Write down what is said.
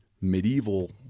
medieval